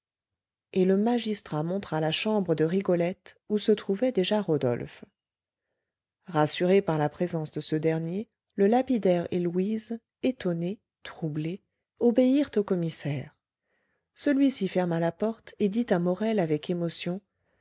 et le magistrat montra la chambre de rigolette où se trouvait déjà rodolphe rassurés par la présence de ce dernier le lapidaire et louise étonnés troublés obéirent au commissaire celui-ci ferma la porte et dit à morel avec émotion